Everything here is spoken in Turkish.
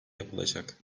yapılacak